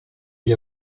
gli